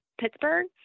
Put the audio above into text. Pittsburgh